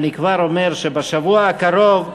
אני כבר אומר, בשבוע הקרוב,